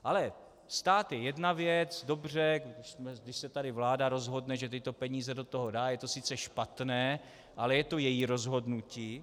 Ale stát je jedna věc, dobře, když se tady vláda rozhodne, že tyto peníze do toho dá, je to sice špatné, ale je to její rozhodnutí.